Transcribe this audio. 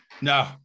No